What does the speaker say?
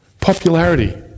Popularity